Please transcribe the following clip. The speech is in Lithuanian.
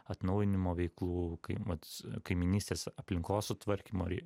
atnaujinimo veiklų kai vat kaimynystės aplinkos sutvarkymo ri